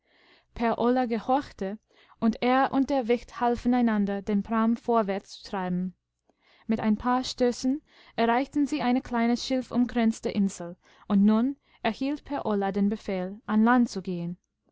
gehorchte und er und der wicht halfen einander den prahm vorwärtszutreiben mit ein paar stößen erreichten sie eine kleine schilfumkränzte insel und nun erhielt per ola den befehl an land zu gehen